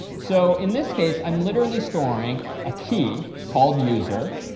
so, in this case, i'm literally storing a key called user.